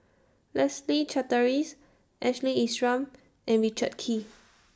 Leslie Charteris Ashley Isham and Richard Kee